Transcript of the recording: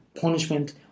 punishment